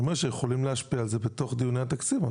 אני אומר שיכולים להשפיע על זה בתוך דיוני התקציב.